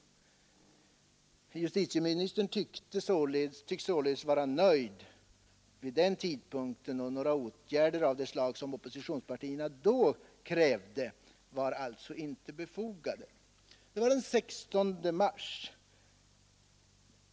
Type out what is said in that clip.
Justitieministern tycks således ha varit nöjd vid den tidpunkten, och några åtgärder av det slag som oppositionspartierna då krävde, var alltså inte befogade. Det var den 16 mars.